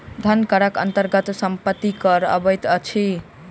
धन करक अन्तर्गत सम्पत्ति कर अबैत अछि